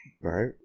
Right